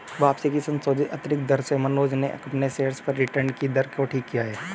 वापसी की संशोधित आंतरिक दर से मनोज ने अपने शेयर्स पर रिटर्न कि दर को ठीक किया है